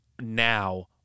now